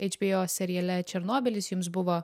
hbo seriale černobylis jums buvo